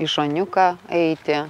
į šoniuką eiti